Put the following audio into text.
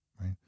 right